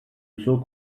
uso